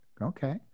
Okay